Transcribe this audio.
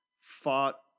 fought